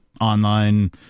online